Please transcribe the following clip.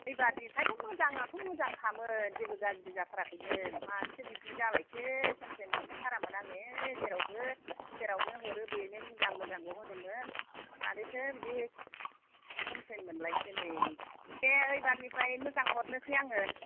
एबारनिफ्रायथ' मोजां आथ' मोजां खामोन जेबो गाज्रि जाथाराखैमोन मानोथो बिदि जालायखो कमफ्लेन मोनफेर थारामोन आङो जेरावबो जेरावनो हरो बेनो मोजां मोजांल' होनोमोन मारैथो बिदि कमफ्लेन मोनलायखो नै दे ओइबारनिफ्राय मोजां हरनोसै आङो